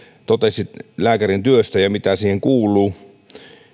totesi lääkärin työstä ja siitä mitä siihen kuuluu